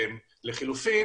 לחילופין,